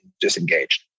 disengaged